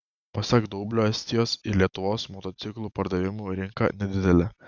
pasak daublio estijos ir lietuvos motociklų pardavimų rinka nedidelė